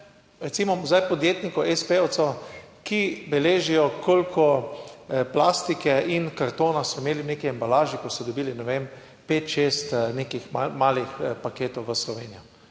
recimo zdaj podjetnikov, espejevcev, ki beležijo, koliko plastike in kartona so imeli v neki embalaži, ko so dobili, ne vem, pet, šest nekih malih paketov v Slovenijo.